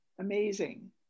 Amazing